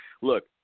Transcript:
look